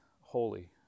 holy